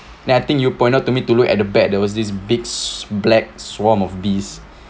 then I think you point out to me to look at the back there was this big black swarm of bees